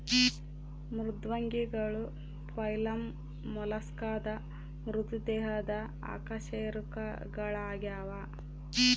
ಮೃದ್ವಂಗಿಗಳು ಫೈಲಮ್ ಮೊಲಸ್ಕಾದ ಮೃದು ದೇಹದ ಅಕಶೇರುಕಗಳಾಗ್ಯವ